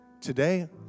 Today